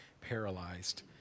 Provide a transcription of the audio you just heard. paralyzed